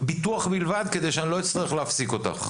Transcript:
ביטוח בלבד, כדי שאני לא אצטרך להפסיק אותך.